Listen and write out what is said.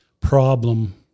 problem